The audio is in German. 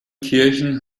kirchen